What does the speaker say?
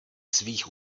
svých